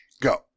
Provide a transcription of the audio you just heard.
go